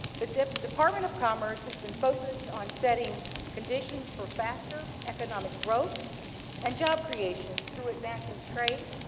the department of commerce has been focused on setting conditions for faster economic growth and job creation through advancing trade,